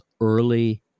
early